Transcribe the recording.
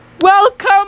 Welcome